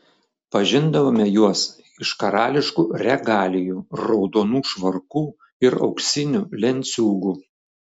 pažindavome juos iš karališkų regalijų raudonų švarkų ir auksinių lenciūgų